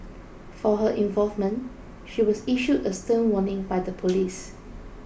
for her involvement she was issued a stern warning by the police